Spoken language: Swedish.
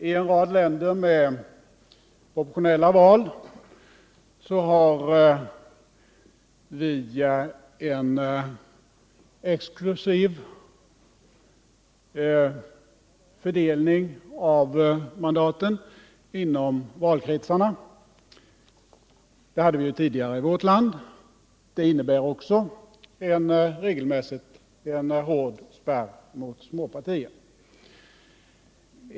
I en rad länder med proportionella val har man en exklusiv fördelning av mandaten inom valkretsarna. Det hade vi tidigare i vårt land, och regelmässigt innebär också det en hård spärr mot små partier.